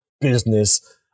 Business